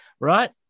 Right